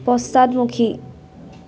পশ্চাদমুখী